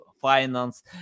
finance